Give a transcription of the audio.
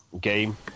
game